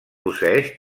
posseeix